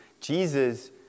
Jesus